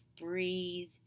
breathe